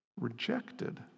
rejected